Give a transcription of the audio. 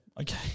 Okay